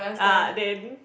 ah then